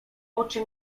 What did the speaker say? oczy